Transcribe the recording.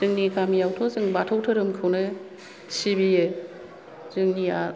जोंनि गामियावथ' जों बाथौ धोरोमखौनो सिबियो जोंनिआ